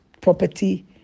property